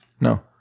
No